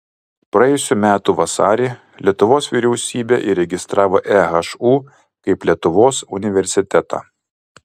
praėjusių metų vasarį lietuvos vyriausybė įregistravo ehu kaip lietuvos universitetą